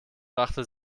brachte